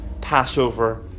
Passover